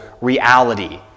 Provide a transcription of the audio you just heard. reality